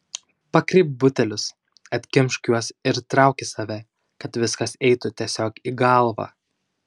pakreipk butelius atkimšk juos ir trauk į save kad viskas eitų tiesiog į galvą